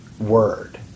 word